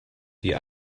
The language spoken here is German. die